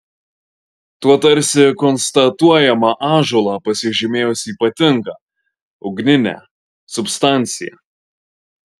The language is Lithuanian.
tuo tarsi konstatuojama ąžuolą pasižymėjus ypatinga ugnine substancija